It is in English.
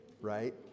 right